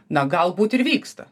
na galbūt ir vyksta